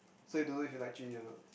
so you don't know if you like Jun-Yi or not